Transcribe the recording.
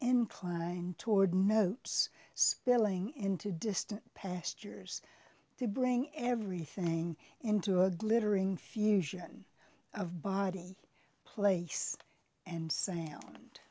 inclined toward notes spilling into distant pastures to bring everything into a glittering fusion of body place and s